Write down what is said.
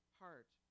heart